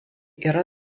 yra